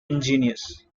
ingenious